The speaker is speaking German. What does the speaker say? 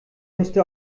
müsste